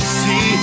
see